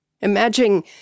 Imagine